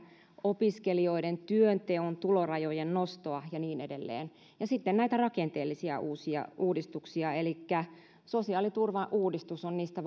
opiskelijoiden työnteon tulorajojen nostoa ja niin edelleen ja sitten näitä uusia rakenteellisia uudistuksia sosiaaliturvauudistus on niistä